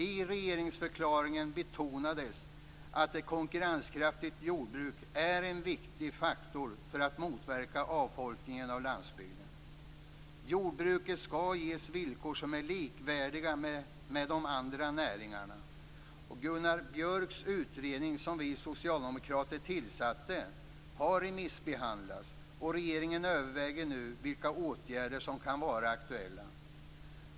I regeringsförklaringen betonades att ett konkurrenskraftigt jordbruk är en viktig faktor för att motverka avfolkningen av landsbygden. Jordbruket och de andra näringarna skall ges likvärdiga villkor. Gunnar Björks utredning, som vi socialdemokrater tillsatte, har remissbehandlats. Regeringen överväger nu vilka åtgärder som kan vara aktuella.